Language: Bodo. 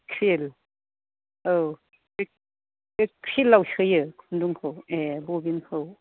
क्रिल औ बे क्रिल आव सोयो खुन्दुंखौ ए बबिन खौ